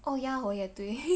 oh ya hor 也对